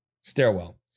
stairwell